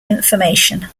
information